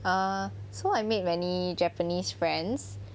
err so I made many japanese friends